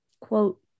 quote